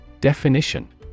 Definition